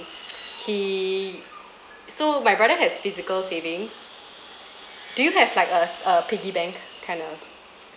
he so my brother has physical savings do you have like a s~ a piggy bank kind of